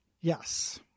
Yes